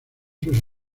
sus